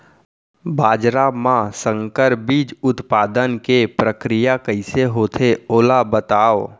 बाजरा मा संकर बीज उत्पादन के प्रक्रिया कइसे होथे ओला बताव?